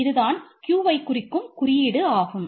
இதுதான் q யை குறிக்கும் குறியீடு ஆகும்